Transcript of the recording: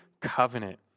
covenant